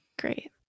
great